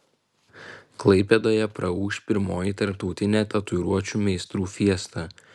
klaipėdoje praūš pirmoji tarptautinė tatuiruočių meistrų fiesta